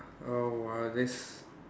oh !wah! this